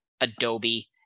Adobe